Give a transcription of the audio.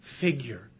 figure